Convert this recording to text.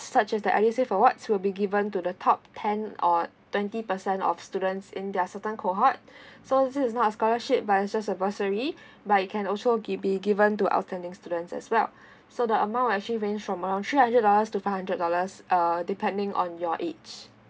such as that awards will be given to the top ten or twenty percent of students in their certain cohort so this is not a scholarship but it's just a bursary but it can also give be given to outstanding students as well so the amount actually range from around three hundred us to five hundred dollars uh depending on your age